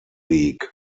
league